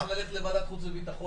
שוב צריך לרדת לוועדת החוץ והביטחון.